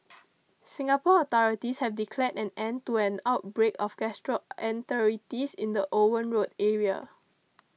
Singapore authorities have declared an end to an outbreak of gastroenteritis in the Owen Road area